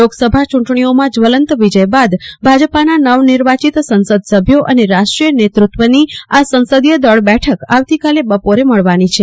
લોકસભા ચુંટણી ઓમાં જવલન્ત વિજયબાદ ભાજપાના નવ નિર્વાચિત સંસદ સભ્યો રાષ્ટ્રીય નેતત્વનો આ સંસદીય દળની બેઠક આવતીકાલે બપોરે મળવાની છે